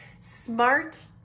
smart